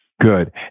Good